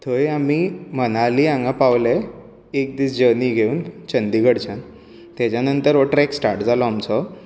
थंय आमी मनाली हांगा पावले एक दीस जर्नी घेवन चंदीगडच्यान तेज्या नंतर हो ट्रेक स्टार्ट जालो आमचो